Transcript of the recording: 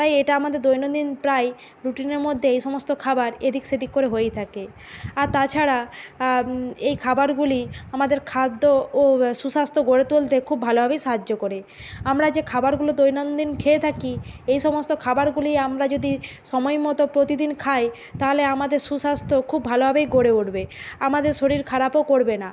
তাই এটা আমাদের দৈনন্দিন প্রায় রুটিনের মধ্যে এই সমস্ত খাবার এদিক সেদিক করে হয়েই থাকে আর তাছাড়া এই খাবারগুলি আমাদের খাদ্য ও সুস্বাস্থ্য গড়ে তুলতে খুব ভালোভাবেই সাহায্য করে আমরা যে খাবারগুলো দৈনন্দিন খেয়ে থাকি এই সমস্ত খাবারগুলি আমরা যদি সময়মতো প্রতিদিন খাই তাহলে আমাদের সুস্বাস্থ্য খুব ভালোভাবেই গড়ে উঠবে আমাদের শরীর খারাপও করবে না